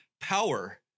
power